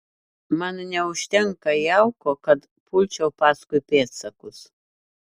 man neužtenka jauko kad pulčiau paskui pėdsakus